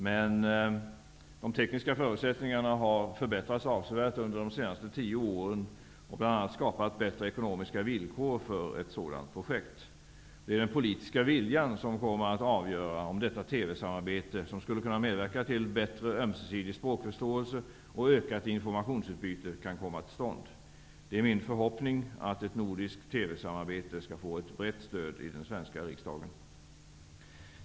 Men de tekniska förutsättningarna har förbättrats avsevärt under de senaste tio åren och bl.a. skapat bättre ekonomiska villkor för ett sådant projekt. Det är den politiska viljan som kommer att avgöra om detta TV samarbete, som skulle kunna medverka till bättre ömsesidig språkförståelse och ökat informationsutbyte, kan komma till stånd. Det är min förhoppning att ett nordiskt TV-samarbete skall få ett brett stöd i den svenska riksdagen.